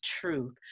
truth